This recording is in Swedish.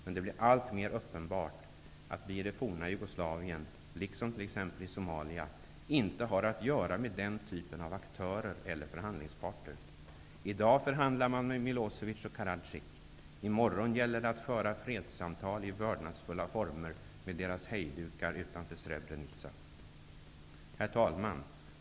Men det blir alltmer uppenbart att vi i det forna Jugoslavien, liksom t.ex. i Somalia, inte har att göra med den typen av aktörer eller förhandlingsparter. I dag förhandlar man med Milosevic och Karadcic. I morgon gäller det att föra fredssamtal i vördnadsfulla former med deras hejdukar utanför Herr talman!